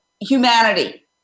humanity